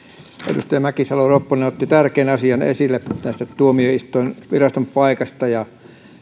edustaja mäkisalo ropponen otti tärkeän asian esille tästä tuomioistuinviraston paikasta